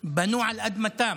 בנו על אדמתם.